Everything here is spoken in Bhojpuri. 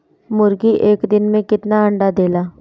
मुर्गी एक दिन मे कितना अंडा देला?